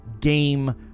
game